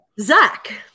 Zach